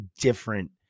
different